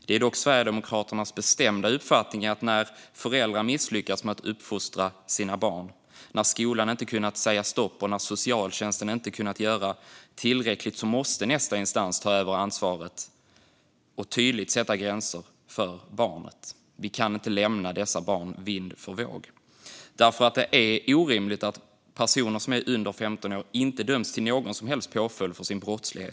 Det är Sverigedemokraternas bestämda uppfattning att när föräldrar misslyckats med att uppfostra sina barn, när skolan inte kunnat säga stopp och när socialtjänsten inte kunnat göra tillräckligt måste nästa instans ta över ansvaret och tydligt sätta gränser. Vi kan inte lämna dessa barn vind för våg. Det är orimligt att personer under 15 år inte döms till någon som helst påföljd för sin brottslighet.